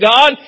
God